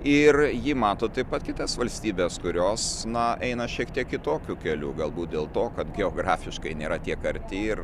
ir ji mato taip pat kitas valstybes kurios na eina šiek tiek kitokiu keliu galbūt dėl to kad geografiškai nėra tiek arti ir